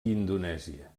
indonèsia